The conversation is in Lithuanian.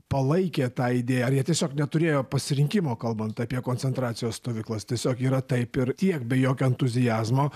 palaikė tą idėją ar jie tiesiog neturėjo pasirinkimo kalbant apie koncentracijos stovyklas tiesiog yra taip ir tiek be jokio entuziazmo